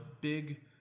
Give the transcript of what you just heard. big